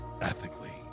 ethically